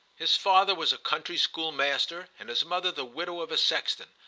his father was a country school-master and his mother the widow of a sexton,